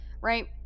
right